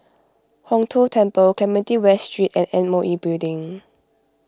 Hong Tho Temple Clementi West Street and M O E Building